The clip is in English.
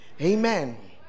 amen